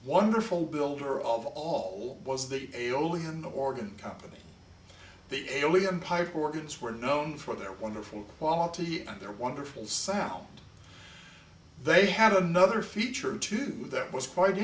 wonderful builder of all was the aeolian organ company they believe in pipe organs were known for their wonderful quality and their wonderful sound they had another feature to do that was quite